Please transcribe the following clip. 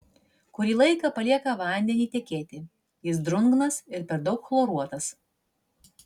kurį laiką palieka vandenį tekėti jis drungnas ir per daug chloruotas